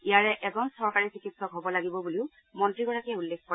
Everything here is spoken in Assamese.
ইয়াৰে এজন চৰকাৰী চিকিৎসক হ'ব লাগিব বুলিও মন্ত্ৰীগৰাকীয়ে উল্লেখ কৰে